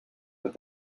that